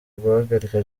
guhagarika